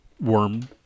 worm